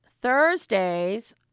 Thursdays